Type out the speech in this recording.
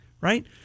right